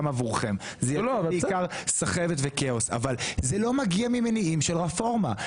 עבורכם אלא בעיקר תהיה סחבת וכאוס אבל זה לא מגיע ממניעים של רפורמה.